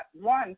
one